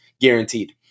guaranteed